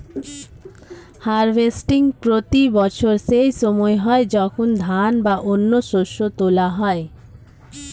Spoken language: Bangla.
হার্ভেস্টিং প্রতি বছর সেই সময় হয় যখন ধান বা অন্য শস্য তোলা হয়